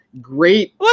great